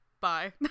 Bye